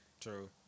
true